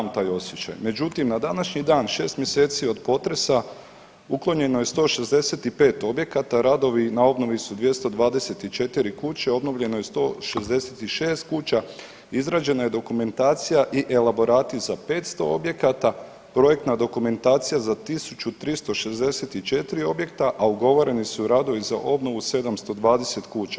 Međutim, na današnji dan 6 mjeseci od potresa uklonjeno je 165 objekata, radovi na obnovi su 224 kuće, obnovljeno je 166 kuća, izrađena je dokumentacija i elaborati za 500 objekata, projektna dokumentacija za 1364 objekta, a ugovoreni su radovi za obnovu 720 kuća.